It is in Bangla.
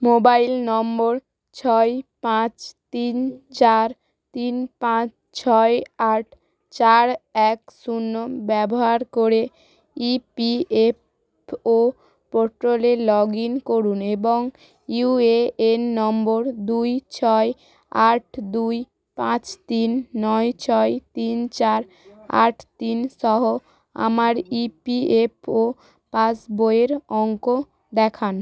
মোবাইল নম্বর ছয় পাঁচ তিন চার তিন পাঁচ ছয় আট চার এক শূন্য ব্যবহার করে ই পি এফ ও পোর্টালে লগ ইন করুন এবং ইউ এ এন নম্বর দুই ছয় আট দুই পাঁচ তিন নয় ছয় তিন চার আট তিনসহ আমার ই পি এফ ও পাসবইয়ের অঙ্ক দেখান